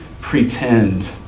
pretend